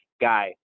guy